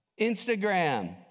Instagram